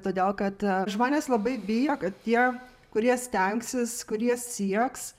todėl kad žmonės labai bijo kad jie kurie stengsis kurie sieks